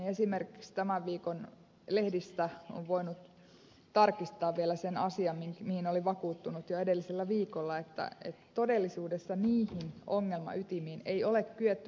esimerkiksi tämän viikon lehdistä on voinut tarkistaa vielä sen asian josta olin vakuuttunut jo edellisellä viikolla että todellisuudessa niihin ongelmaytimiin ei ole kyetty puuttumaan